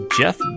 Jeff